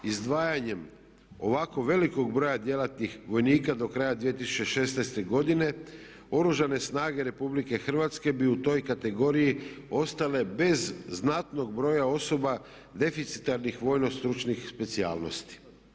Izdvajanjem ovako velikog broja djelatnih vojnika do kraja 2016. godine Oružane snage Republike Hrvatske bi u toj kategoriji ostale bez znatnog broja osoba deficitarnih vojno-stručnih specijalnosti.